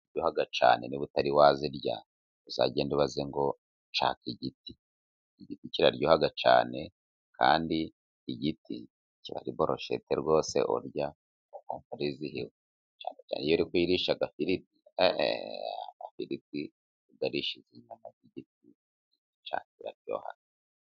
Igiti kiraryoha cyane, niba utari wakirya uzagende, ubaze ngo nshaka igiti. Kiraryoha cyane kandi igiti kiba ari borosheti rwose urya ukumva urizihiwe . Cyane cyane iyo uri kuyirisha agafiriti eee, agafiriti ku karisha inyama yo ku giti biraryoha.